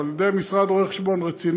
אבל על ידי משרד רואה חשבון רציני,